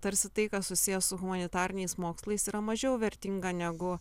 tarsi tai kas susiję su humanitariniais mokslais yra mažiau vertinga negu